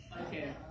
okay